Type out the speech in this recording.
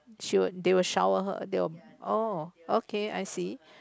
she would they will shower her they will oh okay I see